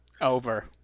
Over